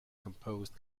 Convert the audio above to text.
composed